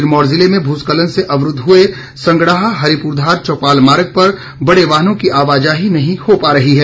सिरमौर जिले में भूस्खलन से अवरुद्ध हुए संगड़ाह हरिपुर धार चौपाल मार्ग बड़े वाहनों की आवाजाही नहीं हो पा रही है